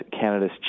Canada's